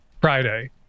Friday